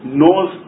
knows